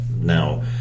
now